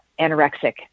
anorexic